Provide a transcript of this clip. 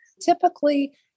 Typically